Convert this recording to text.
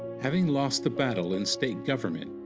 having lost the battle in state government,